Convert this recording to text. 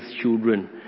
children